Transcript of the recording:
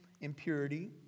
impurity